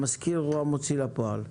המזכיר הוא המוציא אל הפועל.